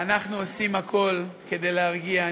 אנחנו עושים הכול כדי להרגיע.